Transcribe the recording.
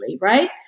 right